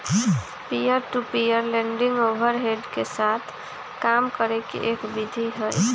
peer to peer lending overhead के साथ काम करे के एक विधि हई